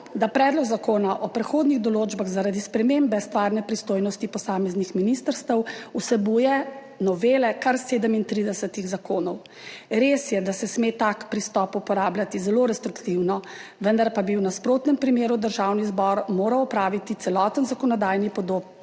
da predlog zakona o prehodnih določbah, zaradi spremembe stvarne pristojnosti posameznih ministrstev vsebuje novele kar 37 zakonov. Res je, da se sme tak pristop uporabljati zelo restriktivno, vendar pa bi v nasprotnem primeru državni zbor moral opraviti celoten zakonodajni podob